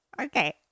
Okay